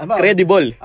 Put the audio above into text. credible